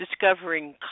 discovering